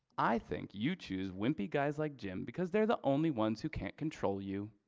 i think you choose wimpy guys like jim because they're the only ones who can't control you.